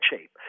shape